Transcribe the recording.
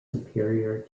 superior